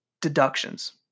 deductions